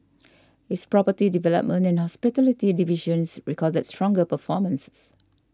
its property development and hospitality divisions recorded stronger performances